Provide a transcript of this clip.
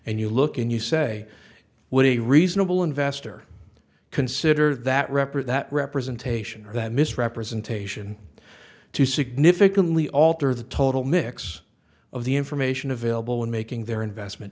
and you look and you say would a reasonable investor consider that represent that representation or that misrepresentation to significantly alter the total mix of the information available in making their investment